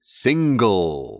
single